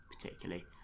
particularly